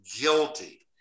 guilty